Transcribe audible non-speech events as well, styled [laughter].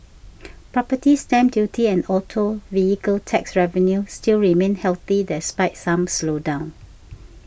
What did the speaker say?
[noise] property stamp duty and auto vehicle tax revenue still remain healthy despite some slowdown